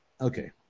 Okay